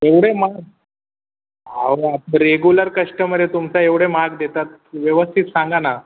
एवढे महाग आव ना रेगुलर कश्टमर आहे तुमचा एवढे महाग देतात व्यवस्थित सांगा ना